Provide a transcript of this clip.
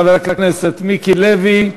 חבר הכנסת מיקי לוי,